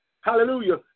Hallelujah